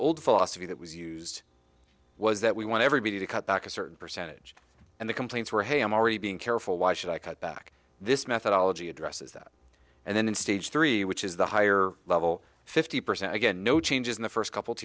old philosophy that was used was that we want everybody to cut back a certain percentage and the complaints were hey i'm already being careful why should i cut back this methodology addresses that and then in stage three which is the higher level fifty percent again no changes in the first couple